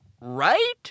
right